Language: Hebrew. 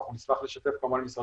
אנחנו נשמח לשתף כמובן משרדים